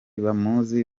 bamuzi